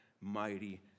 mighty